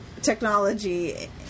technology